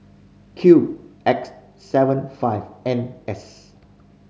Q X seven five N S